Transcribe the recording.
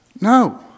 No